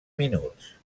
minuts